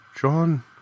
John